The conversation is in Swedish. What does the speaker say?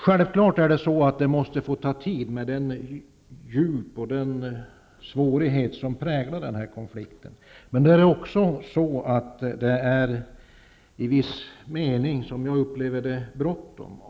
Självfallet måste det få ta tid, med tanke på djupet och svårighetsgraden av denna konflikt, men det är också, som jag upplever det, i viss mening bråttom.